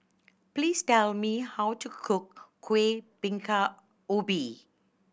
please tell me how to cook Kuih Bingka Ubi